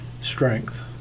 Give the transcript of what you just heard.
strength